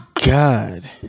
God